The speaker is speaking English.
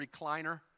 recliner